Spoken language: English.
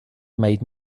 made